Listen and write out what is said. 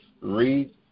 read